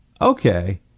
okay